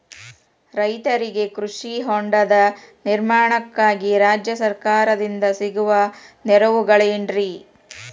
ರೈತರಿಗೆ ಕೃಷಿ ಹೊಂಡದ ನಿರ್ಮಾಣಕ್ಕಾಗಿ ರಾಜ್ಯ ಸರ್ಕಾರದಿಂದ ಸಿಗುವ ನೆರವುಗಳೇನ್ರಿ?